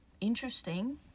interesting